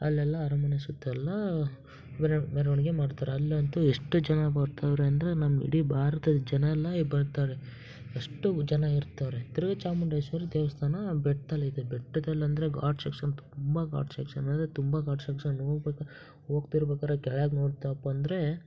ಅಲ್ಲೆಲ್ಲ ಅರಮನೆ ಸುತ್ತ ಎಲ್ಲ ಮೆರವ್ ಮೆರವಣಿಗೆ ಮಾಡ್ತಾರೆ ಅಲ್ಲಂತೂ ಎಷ್ಟು ಜನ ಬರ್ತಾರೆ ಅಂದರೆ ನಮ್ಮ ಇಡೀ ಭಾರತದ ಜನ ಎಲ್ಲ ಬತ್ತಾರೆ ಎಷ್ಟು ಜನ ಇರ್ತಾರೆ ತಿರ್ಗಾ ಚಾಮುಂಡೇಶ್ವರಿ ದೇವಸ್ಥಾನ ಬೆಟ್ಟದಲ್ಲಿದೆ ಬೆಟ್ಟದಲ್ಲಂದ್ರೆ ಘಾಟ್ ಶೆಕ್ಷನ್ ತುಂಬ ಘಾಟ್ ಶೆಕ್ಷನ್ ಅಂದರೆ ತುಂಬ ಘಾಟ್ ಶೆಕ್ಷನ್ ಹೋಗ್ಬೆಕಾರ್ ಹೋಗ್ತಿರ್ಬೇಕಾರೆ ಕೆಳಗೆ ನೋಡ್ತಪ್ಪಾ ಅಂದರೆ